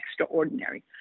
extraordinary